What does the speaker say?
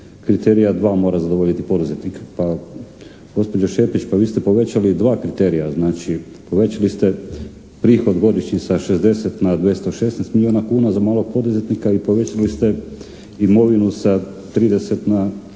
kriterija dva mora zadovoljiti poduzetnik. Pa gospođo Šepić pa vi ste povećali dva kriterija. Znači povećali ste prihod godišnji sa 60 na 216 milijuna kuna za malog poduzetnika i povećali ste imovinu sa 30 na 100 i nešto milijuna kuna.